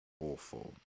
Awful